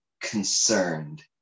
concerned